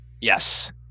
Yes